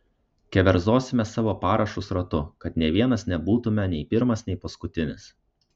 keverzosime savo parašus ratu kad nė vienas nebūtume nei pirmas nei paskutinis